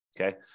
okay